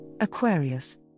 Aquarius